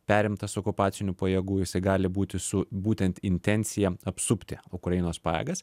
perimtas okupacinių pajėgų jisai gali būti su būtent intencija apsupti ukrainos pajėgas